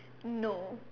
no